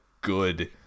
good